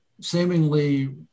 seemingly